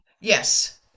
Yes